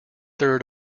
third